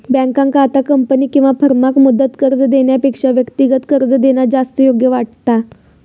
बँकेंका आता कंपनी किंवा फर्माक मुदत कर्ज देण्यापेक्षा व्यक्तिगत कर्ज देणा जास्त योग्य वाटता